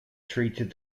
treated